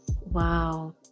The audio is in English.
Wow